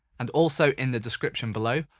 and also in the description below,